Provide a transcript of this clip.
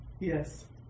yes